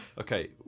okay